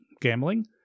gambling